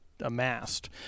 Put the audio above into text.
amassed